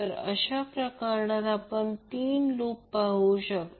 तर अशा प्रकरणात आपण तीन लूप पाहू शकता